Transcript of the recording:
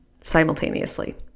simultaneously